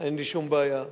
אין לי שום בעיה.